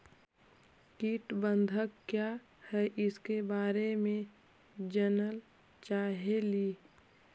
कीट प्रबनदक क्या है ईसके बारे मे जनल चाहेली?